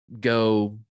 go